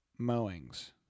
mowings